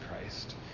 Christ